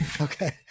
Okay